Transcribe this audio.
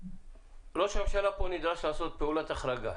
ראש הממשלה נדרש לכאן לעשות פעולת החרגה,